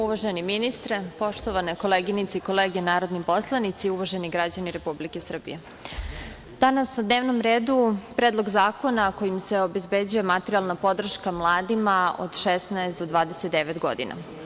Uvaženi ministre, poštovane koleginice i kolege narodni poslanici, uvaženi građani Republike Srbije, danas na dnevnom redu je predlog zakona kojim se obezbeđuje materijalna podrška mladima od 16 do 29 godina.